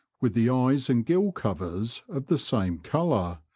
with the eyes and gill-covers of the same colour,